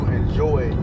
enjoy